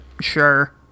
Sure